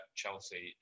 Chelsea